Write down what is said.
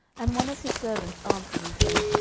and one of his servants answered and said,